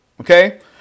okay